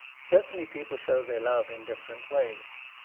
certainly people show their love in different ways.